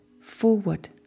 forward